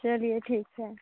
चलिए ठीक है